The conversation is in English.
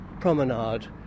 promenade